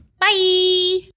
Bye